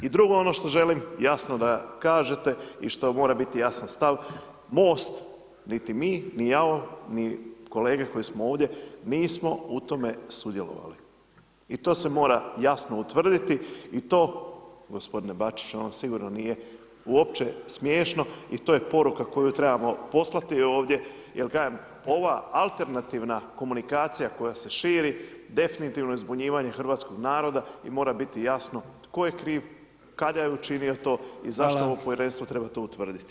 I drugo ono što želim jasno da kažete i što mora biti jasan stav, Most niti mi ni ja ni kolege koje smo ovdje nismo u tome sudjelovali i to se mora jasno utvrditi i to gospodine Bačiću vama sigurno nije uopće smiješno i to je poruka koju trebamo poslati ovdje jer kažem ova alternativna komunikacija koja se širi definitivno je zbunjivanje hrvatskog naroda i mora biti jasno tko je kriv, kada je učinio to i zašto mu povjerenstvo treba to utvrditi.